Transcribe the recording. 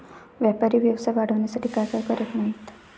व्यापारी व्यवसाय वाढवण्यासाठी काय काय करत नाहीत